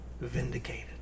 vindicated